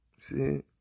See